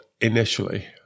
initially